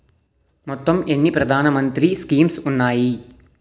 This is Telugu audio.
మొత్తం ఎన్ని ప్రధాన మంత్రి స్కీమ్స్ ఉన్నాయి?